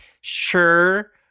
sure